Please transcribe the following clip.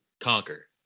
Conquer